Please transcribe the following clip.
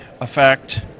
effect